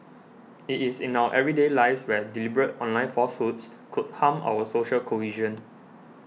it is in our everyday lives where deliberate online falsehoods could harm our social cohesion